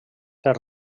per